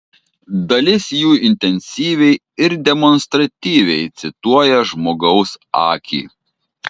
dalis jų intensyviai ir demonstratyviai cituoja žmogaus akį